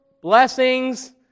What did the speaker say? blessings